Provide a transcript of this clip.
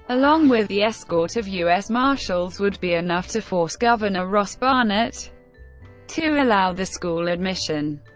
along with the escort of u s. marshals, would be enough to force governor ross barnett to allow the school admission.